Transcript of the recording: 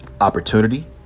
opportunity